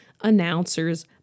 announcers